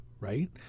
Right